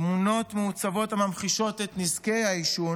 תמונות מעוצבות הממחישות את נזקי העישון